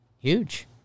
Huge